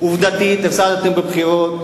עובדתית הפסדתם בבחירות.